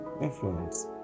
Influence